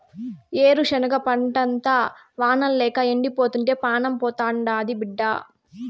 ఏరుశనగ పంటంతా వానల్లేక ఎండిపోతుంటే పానం పోతాండాది బిడ్డా